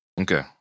okay